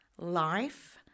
life